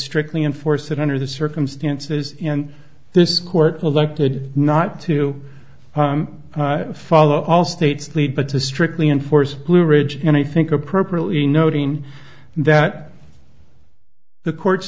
strictly enforce it under the circumstances in this court elected not to follow all states lead but to strictly enforce blueridge and i think appropriately noting that the court